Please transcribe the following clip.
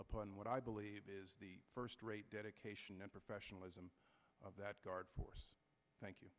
upon what i believe is first rate dedication and professionalism of that guard force thank you